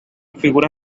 figura